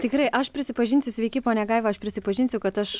tikrai aš prisipažinsiu sveiki ponia gaiva aš prisipažinsiu kad aš